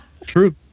True